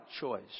choice